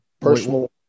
personal